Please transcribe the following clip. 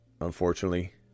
unfortunately